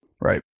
right